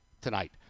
tonight